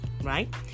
right